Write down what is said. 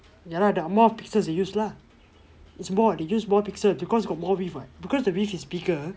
ya lah the amount of pixel they use lah is more they use more pixel cause got more width what because the width is bigger